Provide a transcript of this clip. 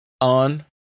on